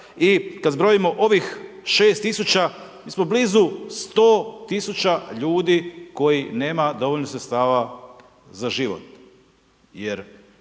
i kad zbrojimo ovih 6000, mi smo blizu 100 000 ljudi koji nemaju dovoljno sredstava za život